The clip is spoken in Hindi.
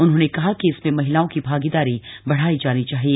उन्होंने कहा कि इसमें महिलाओं की भागीदारी बढ़ाई जानी चाहिए